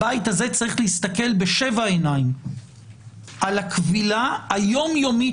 הבית הזה צריך להסתכל בשבע עיניים על הכבילה היומיומית